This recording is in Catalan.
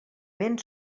vent